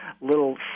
little